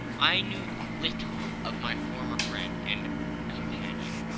i knew little of my former friend and companion.